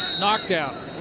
knockdown